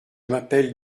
m’appelle